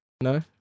No